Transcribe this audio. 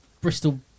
Bristol